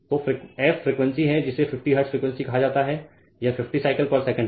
तो f frequency है जिसे 50 हर्ट्ज फ्रीक्वेंसी कहा जाता है यह 50 साइकिल पर सेकंड है